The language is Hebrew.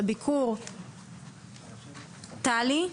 טלי יניב.